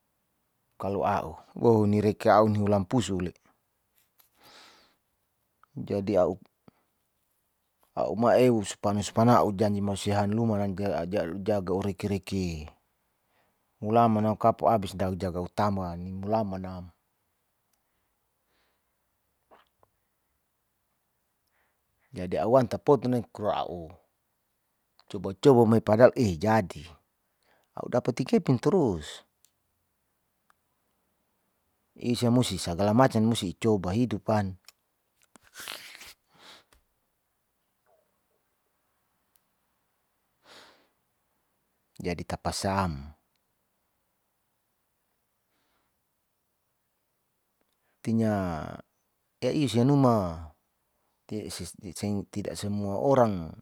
kalo a'u ni reki au ni hulam pusu le au ma'eu supan supan a'u jaji macia hanluma jaga'o reke-reke ulaman au kapo abis dajaga utama ni mulamana jadi au wan tapotu nai kur a'u coba-coba me padahal eh jadi, au dapati kepin tararus isia musi sa dalamancan musi icoba hidupan jadi tapa sam. tinya ei sianuma tidak semua orang